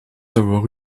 avoir